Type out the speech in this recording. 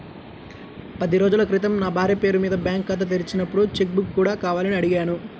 పది రోజుల క్రితం నా భార్య పేరు మీద బ్యాంకు ఖాతా తెరిచినప్పుడు చెక్ బుక్ కూడా కావాలని అడిగాను